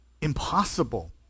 Impossible